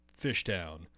fishtown